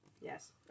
Yes